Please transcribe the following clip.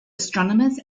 astronomers